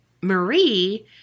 Marie